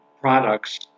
products